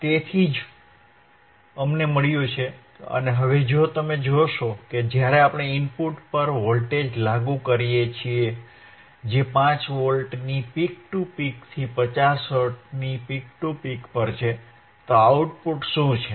તેથી તે જ અમને મળ્યું છે અને હવે જો તમે જોશો કે જ્યારે આપણે ઇનપુટ પર વોલ્ટેજ લાગુ કરીએ છીએ જે 5 વોલ્ટની પિક ટુ પિકથી 50 હર્ટ્ઝની પીક ટુ પીક પર છે તો આઉટપુટ શું છે